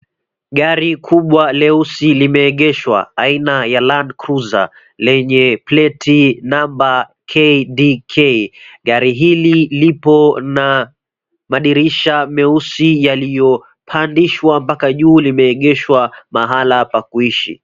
Gari kubwa leusi limeegeshwa aina ya Landcruiser lenye pleti namba KDK. Gari hili lipo na madirisha meusi yaliyo pandishwa mpaka juu limeegeshwa mahala pa kuishi.